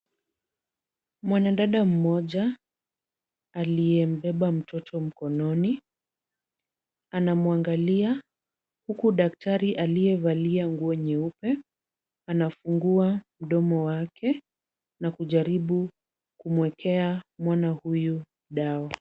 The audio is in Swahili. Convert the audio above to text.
Mwanadada mmoja, aliembeba mtoto mkononi, anamwangalia huku daktari aliyevalia nguo nyeupe, anafungua ndomo wake, na kujaribu kumwekea mwanahuyu dawa.